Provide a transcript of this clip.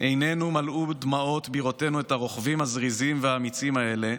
"עינינו מלאו דמעות בראותנו את הרוכבים הזריזים והאמיצים האלה.